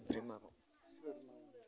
ओमफ्राय मा